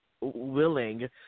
willing